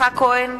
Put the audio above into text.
יצחק כהן,